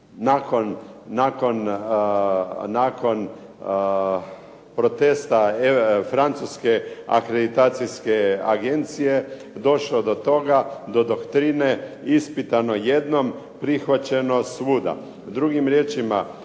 nakon protesta francuske akreditacijske agencije došlo do toga, do doktrine ispitano jednom, prihvaćeno svuda.